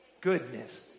goodness